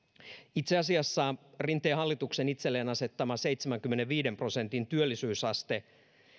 itse asiassa rinteen hallituksen itselleen asettama seitsemänkymmenenviiden prosentin työllisyysaste